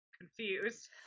confused